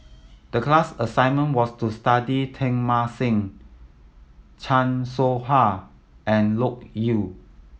the class assignment was to study Teng Mah Seng Chan Soh Ha and Loke Yew